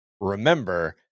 remember